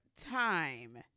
time